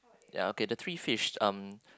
ya okay the three fish um